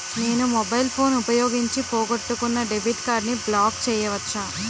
నేను mobile phone ఉపయోగించి పోగొట్టుకున్న డెబిట్ కార్డ్ని బ్లాక్ చేయవచ్చా?